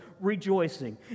rejoicing